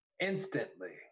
instantly